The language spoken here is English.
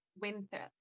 winter